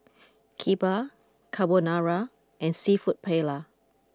Kheema Carbonara and Seafood Paella